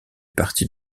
partie